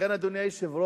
לכן, אדוני היושב-ראש,